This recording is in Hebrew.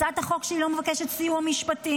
הצעת החוק שלי לא מבקשת סיוע משפטי.